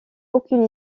aucune